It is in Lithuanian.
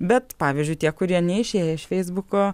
bet pavyzdžiui tie kurie neišėję iš feisbuko